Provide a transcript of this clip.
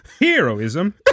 Heroism